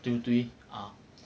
对不对啊